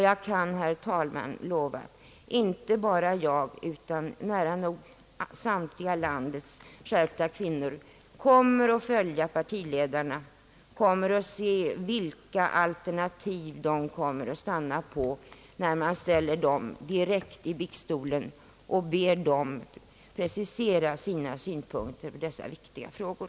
Jag kan lova, herr talman, att inte bara jag utan nära nog samtliga landets skärpta kvinnor kommer att observera partiledarna och vilka alternativ de stannar för när man direkt placerar dem i biktstolen och ber dem precisera sina synpunkter i dessa viktiga frågor.